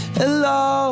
hello